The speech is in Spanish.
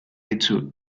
hecho